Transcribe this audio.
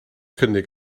cynnig